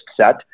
set